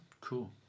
Cool